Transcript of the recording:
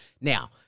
Now